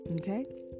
okay